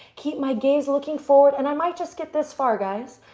keep my gaze looking forward. and i might just get this far, guys.